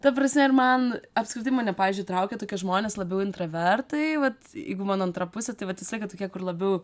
ta prasme ir man apskritai mane pavyzdžiui traukia tokie žmonės labiau intravertai vat jeigu mano antra pusė tai vat jisai tie tokie kur labiau